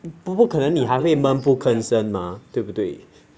不不可能你还会闷不吭声嘛对不对